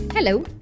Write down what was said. Hello